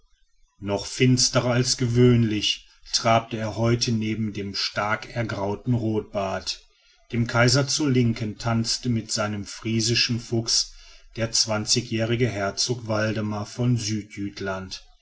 noch finsterer als gewöhnlich trabte er heute neben dem stark ergrauten rotbart dem kaiser zur linken tanzte mit seinem friesischen fuchs der zwanzigjährige herzog waldemar von südjütland